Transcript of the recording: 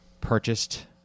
purchased